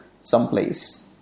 someplace